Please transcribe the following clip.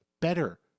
better